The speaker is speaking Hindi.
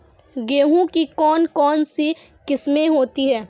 गेहूँ की कौन कौनसी किस्में होती है?